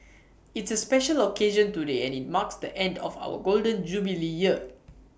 it's A special occasion today and IT marks the end of our Golden Jubilee year